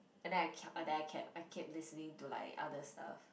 and then I kept then I kept I kept listening to like other stuff